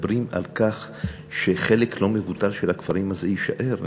מדברים על כך שחלק לא מבוטל של הכפרים הזה יישאר.